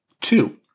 Two